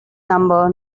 number